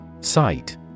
Sight